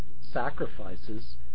sacrifices